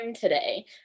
today